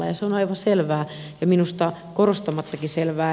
se on aivan selvää ja minusta korostamattakin selvää